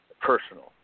personal